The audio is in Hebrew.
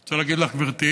אני רוצה להגיד לך, גברתי,